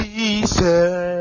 Jesus